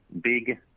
big